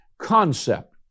concept